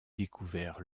découvert